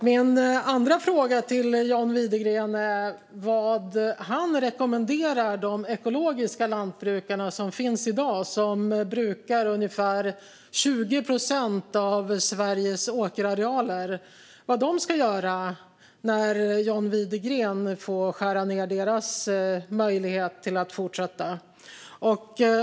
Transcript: Min andra fråga till John Widegren är vad han rekommenderar de ekologiska lantbrukare som finns i dag, som brukar ungefär 20 procent av Sveriges åkerarealer, att göra när John Widegren skär ned deras möjlighet att fortsätta.